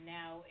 now